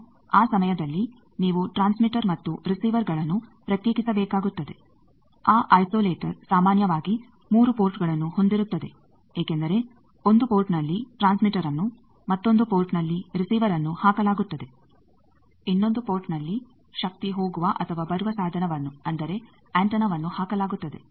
ಈಗ ಆ ಸಮಯದಲ್ಲಿ ನೀವು ಟ್ರಾನ್ಸ್ಮೀಟರ್ ಮತ್ತು ರಿಸಿವರ್ಗಳನ್ನು ಪ್ರತ್ಯೇಕಿಸಬೇಕಾಗುತ್ತದೆ ಆ ಐಸೊಲೇಟರ್ ಸಾಮಾನ್ಯವಾಗಿ 3 ಪೋರ್ಟ್ಗಳನ್ನು ಹೊಂದಿರುತ್ತದೆ ಏಕೆಂದರೆ ಒಂದು ಪೋರ್ಟ್ನಲ್ಲಿ ಟ್ರಾನ್ಸ್ಮೀಟರ್ ನ್ನು ಮತ್ತೊಂದು ಪೋರ್ಟ್ನಲ್ಲಿ ರಿಸಿವರ್ನ್ನು ಹಾಕಲಾಗುತ್ತದೆ ಇನ್ನೊಂದು ಪೋರ್ಟ್ನಲ್ಲಿ ಶಕ್ತಿ ಹೋಗುವ ಅಥವಾ ಬರುವ ಸಾಧನವನ್ನು ಅಂದರೆ ಅಂಟೆನಾ ವನ್ನು ಹಾಕಲಾಗುತ್ತದೆ